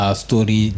story